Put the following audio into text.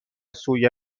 سوی